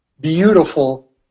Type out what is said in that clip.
beautiful